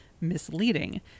misleading